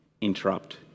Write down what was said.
interrupt